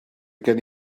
gen